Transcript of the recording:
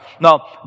Now